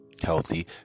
healthy